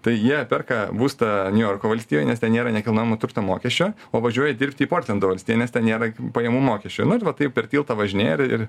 tai jie perka būstą niujorko valstijoj nes ten nėra nekilnojamo turto mokesčio o važiuoja dirbt į portlendo valstiją nes ten nėra pajamų mokesčio na ir va taip per tiltą važinėja ir ir